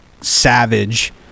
savage